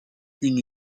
une